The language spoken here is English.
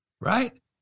right